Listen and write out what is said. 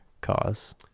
cause